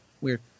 Weird